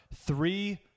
three